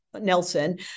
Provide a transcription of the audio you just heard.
Nelson